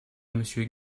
monsieur